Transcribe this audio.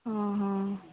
ହଁ ହଁ